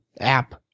app